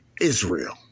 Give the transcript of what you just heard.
Israel